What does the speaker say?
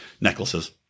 necklaces